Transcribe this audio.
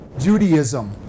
Judaism